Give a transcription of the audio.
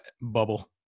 bubble